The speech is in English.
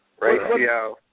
Right